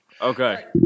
Okay